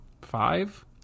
five